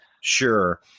sure